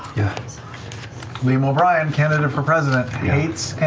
sam liam o'brien, candidate for president hates